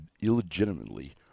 illegitimately